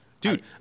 dude